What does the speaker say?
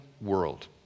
world